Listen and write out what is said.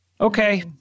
Okay